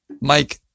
Mike